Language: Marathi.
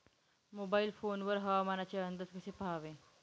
मोबाईल फोन वर हवामानाचे अंदाज कसे पहावे?